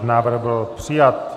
Návrh byl přijat.